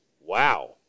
Wow